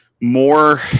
more